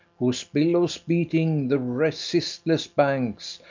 whose billows, beating the resistless banks,